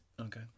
Okay